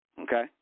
Okay